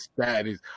status